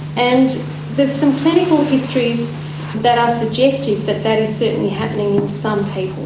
and there's some clinical histories that are suggestive that that is certainly happening in some people.